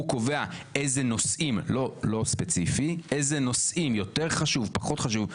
הוא קובע איזה נושאים יותר חשוב או פחות חשוב לחקור?